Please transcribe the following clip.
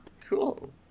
Cool